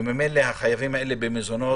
וממילא החייבים האלה במזונות,